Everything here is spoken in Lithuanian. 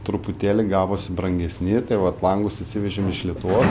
truputėlį gavosi brangesni tai vat langus atsivežėm iš lietuvos